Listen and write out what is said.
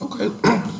Okay